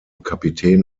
kapitän